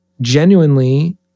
genuinely